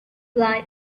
lie